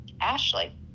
Ashley